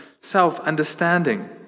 self-understanding